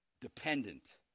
dependent